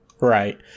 Right